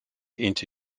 into